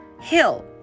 hill